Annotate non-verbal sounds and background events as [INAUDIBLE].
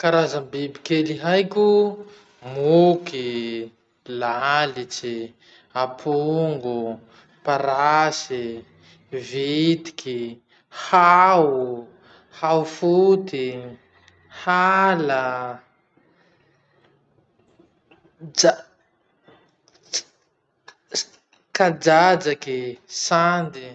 Karazam-biby kely haiko moky, lalitsy, apongo, parasy, vitiky, hao, haofoty, hala, [HESITATION] ja- ts- ts- kadradraky, sandy.